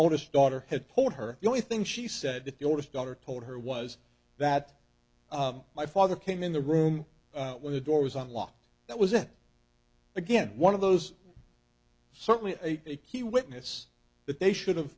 oldest daughter had told her the only thing she said that the oldest daughter told her was that my father came in the room when the door was unlocked that was it again one of those certainly a key witness that they should have